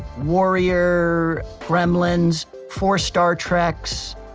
warrior, gremlins, four star treks,